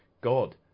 god